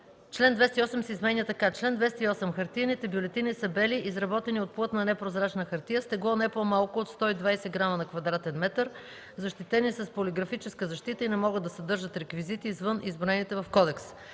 „Член 208 се изменя така: „Чл. 208. Хартиените бюлетини са бели, изработени от плътна непрозрачна хартия, с тегло не по-малко от 120 г/м2, защитени с полиграфическа защита и не могат да съдържат реквизити извън изброените в Кодекса.”